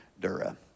Dura